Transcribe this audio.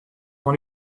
dans